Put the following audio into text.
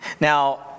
Now